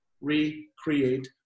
recreate